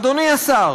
אדוני השר,